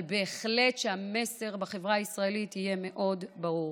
אבל בהחלט, שהמסר בחברה הישראלית יהיה מאוד ברור.